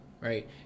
right